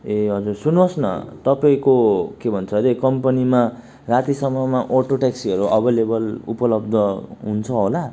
ए हजुर सुन्नुहोस् न तपाईँको के भन्छ अरे कम्पनीमा रातिसम्ममा अटो टेक्सीहरू अभाइलेबल उपलब्ध हुन्छ होला